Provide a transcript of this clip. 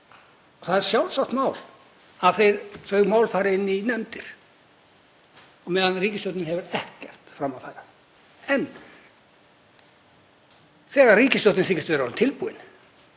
Það er sjálfsagt mál að þau mál fari inn í nefndir meðan ríkisstjórnin hefur ekkert fram að færa. En þegar ríkisstjórnin þykist vera orðin tilbúin